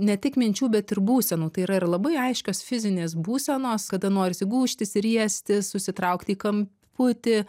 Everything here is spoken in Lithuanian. ne tik minčių bet ir būsenų tai yra ir labai aiškios fizinės būsenos kada norisi gūžtis riestis susitraukti į kam putį